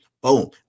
boom